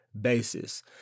basis